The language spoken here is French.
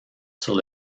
sur